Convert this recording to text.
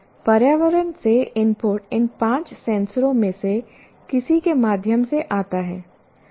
पर्यावरण से इनपुट इन पांच सेंसरों में से किसी के माध्यम से आता है